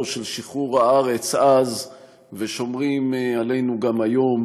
של שחרור הארץ אז ושומרים עלינו גם היום,